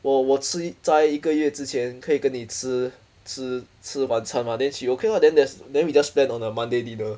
我我吃在一个月之前可以跟你吃吃吃晚餐吗 then she okay lah then there's then we just plan on a monday dinner